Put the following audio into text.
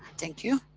thank you.